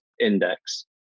index